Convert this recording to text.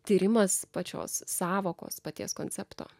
tyrimas pačios sąvokos paties koncepto